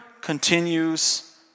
continues